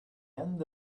end